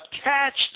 attached